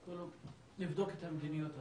לבדוק את המדיניות הזאת,